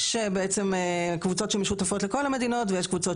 יש בעצם קבוצות שמשותפות לכל המדינות, ויש קבוצות